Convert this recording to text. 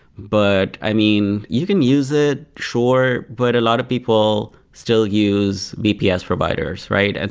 but i mean, you can use it, sure, but a lot of people still use vps providers, right? and